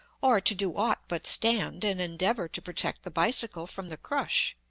or to do aught but stand and endeavor to protect the bicycle from the crush.